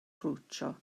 kruĉo